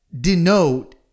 denote